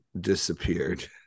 disappeared